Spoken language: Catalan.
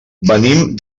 venim